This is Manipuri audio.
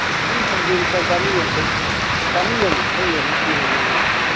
ꯈꯤꯇꯪ ꯐꯕꯗꯤ ꯂꯨꯄꯥ ꯆꯃꯔꯤ ꯌꯥꯡꯈꯩ ꯌꯦꯡꯉ ꯄꯤꯔꯒꯦ ꯑꯗꯨꯑꯣꯏꯗꯤ